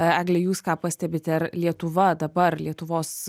egle jūs ką pastebite ar lietuva dabar lietuvos